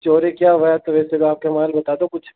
चोरी क्या हुआ तो वैसे आपके माल बता दो कुछ